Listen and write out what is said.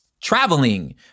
traveling